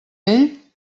vell